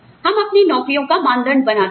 हम अपनी नौकरियों का मानदंड बनाते हैं